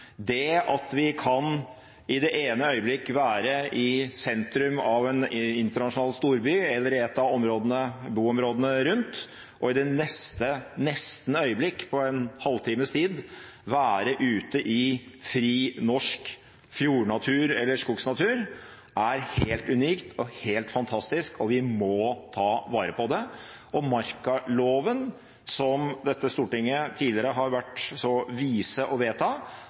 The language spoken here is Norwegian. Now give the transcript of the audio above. Det at vi i det ene øyeblikket kan være i sentrum av en internasjonal storby, eller i et av boområdene rundt, og i det neste øyeblikket – i løpet av en halvtimes tid – kan være ute i fri norsk fjordnatur eller skogsnatur, er helt unikt og helt fantastisk, og det må vi ta vare på. Markaloven, som dette stortinget tidligere har vært så vis å vedta,